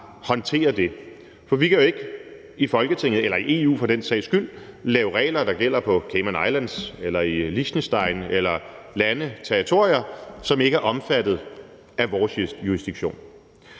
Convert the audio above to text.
håndterer det, for vi kan jo ikke i Folketinget eller i EU for den sags skyld lave regler, der gælder på Cayman Islands eller i Liechtenstein eller lande, territorier, som ikke er omfattet af vores jurisdiktion.